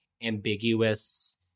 ambiguous